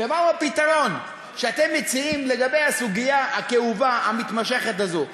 ומהו הפתרון שאתם מציעים לגבי הסוגיה הכאובה המתמשכת הזאת?